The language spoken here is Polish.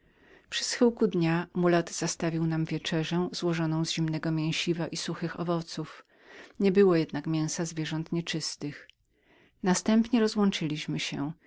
przy schyłku dnia mulat zastawił nam wieczerzę złożoną z zimnego mięsiwa i suchych owoców nie było jednak mięsa zwierząt nieczystych następnie rozłączyliśmy się